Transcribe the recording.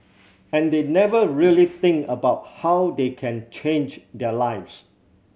and they never really think about how they can change their lives